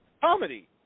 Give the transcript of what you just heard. comedy